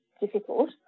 difficult